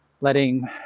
letting